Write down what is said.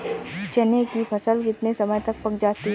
चने की फसल कितने समय में पक जाती है?